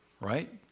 right